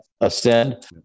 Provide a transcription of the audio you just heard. Ascend